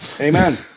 Amen